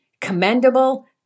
commendable